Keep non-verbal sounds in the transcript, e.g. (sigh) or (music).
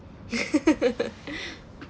(laughs)